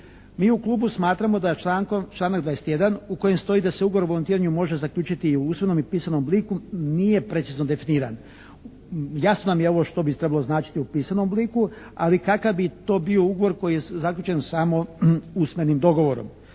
Mi u klubu smatramo da je članak 21. u kojem stoji da se ugovor o volontiranju može zaključiti i u usmenom i u pismenom obliku nije precizno definiran. Jasno nam je ovo što bi trebalo značiti u pisanom obliku ali kakav bi to bio ugovor koji je zaključen samo usmenim dogovorom.